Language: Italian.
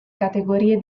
categorie